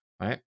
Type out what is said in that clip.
right